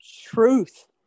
truth